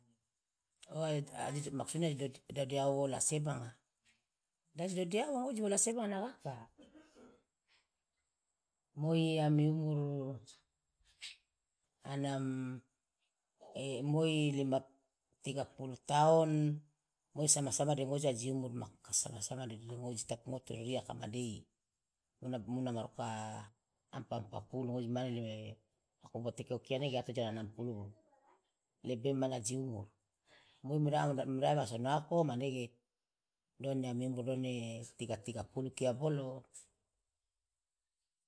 maksudnya idodiawo wola sebanga de aji dodiawo ngoji wola sebanga nagaka moi ami umur moi tiga pulu taon moi sama sama de ngoji aji umur ma kasama sama de ngoji tapi ngoji to ririaka madei muna maruka empat empat puluh ngoji mane makomoteke okia nege ato je enam puluh lebe mane aji umur moi mi dai ma sonoa oko manege done ami umur manege tiga tiga puluh kia bolo